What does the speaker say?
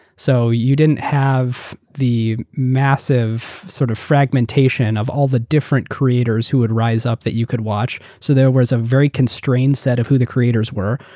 so you didn't have the massive sort of fragmentation of all the different creators who would rise up that you could watch. so there was a very constrained set of who the creators were.